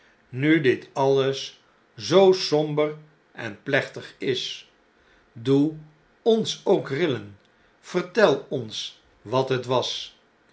nu dit alles zoo somber en plechtig is b doe ons ook rillen vertel ons wat het was